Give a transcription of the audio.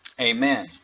amen